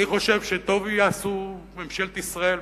אני חושב שטוב תעשה ממשלת ישראל,